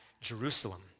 Jerusalem